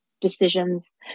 decisions